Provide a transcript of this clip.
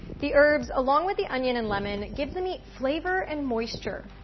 the herbs, along with the onion and lemon, give the meat flavor and moisture.